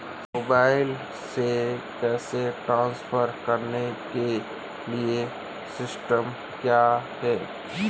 Mobile से पैसे transfer करने के लिए सिस्टम क्या है?